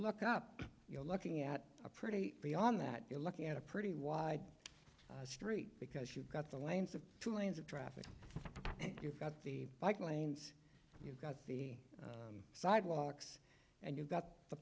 look up you're looking at a pretty beyond that you're looking at a pretty wide street because you've got the lanes of two lanes of traffic and you've got the bike lanes you've got the sidewalks and you've got the